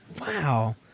Wow